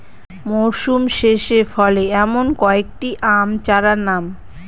মরশুম শেষে ফলে এমন কয়েক টি আম চারার নাম?